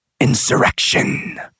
insurrection